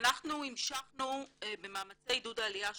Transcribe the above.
אנחנו המשכנו במאמצי עידוד העלייה שלנו,